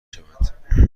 شوند